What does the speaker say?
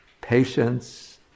patience